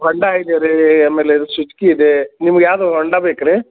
ಹೊಂಡಾ ಇದೆರಿ ಆಮೇಲೆ ಇದು ಸುಜ್ಕಿ ಇದೆ ನಿಮ್ಗೆ ಯಾವುದು ಹೊಂಡಾ ಬೇಕೇ ರಿ